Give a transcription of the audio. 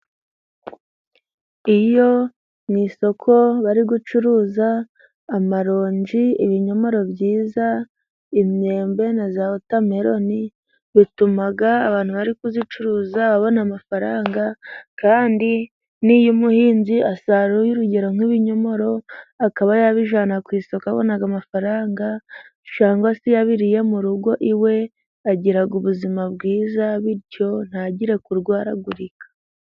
Iyo mu isoko bari gucuruza amaronji, ibinyomoro byiza, imyembe na za wotameroni bituma abantu bari kuzicuruza babona amafaranga kandi niyo umuhinzi asaruye urugero nk'ibinyomoro, akaba yababijyana ku isoko abona amafaranga cyangwa se iyo abiriye mu rugo iwe agira ubuzima bwiza, bityo ntagire kurwaragurika.